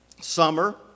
Summer